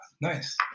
Nice